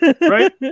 right